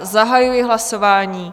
Zahajuji hlasování.